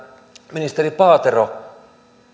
ministeri paatero